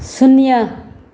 ꯁꯨꯅ꯭ꯌꯥ